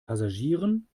passagieren